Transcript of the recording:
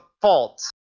fault